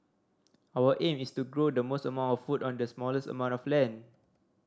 our aim is to grow the most amount of food on the smallest amount of land